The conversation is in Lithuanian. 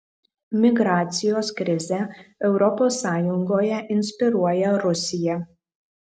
migracijos krizę europos sąjungoje inspiruoja rusija